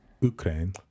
Ukraine